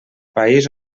país